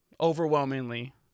overwhelmingly